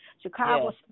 Chicago